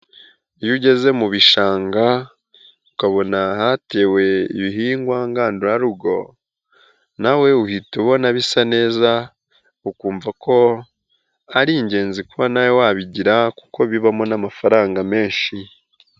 Iyo ugeze mu bishanga ukabona hatewe ibihingwa ngandurarugo nawe uhita ubona bisa neza, ukumva ko hari ingenzi kuba nawe wabigira kuko bibamo n'amafaranga menshi.